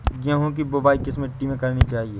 गेहूँ की बुवाई किस मिट्टी में करनी चाहिए?